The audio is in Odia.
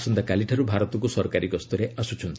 ଆସନ୍ତାକାଲିଠାରୁ ଭାରତକୁ ସରକାରୀ ଗସ୍ତରେ ଆସ୍କଚ୍ଚନ୍ତି